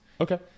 Okay